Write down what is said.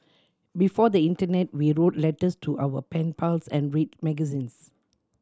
before the internet we wrote letters to our pen pals and read magazines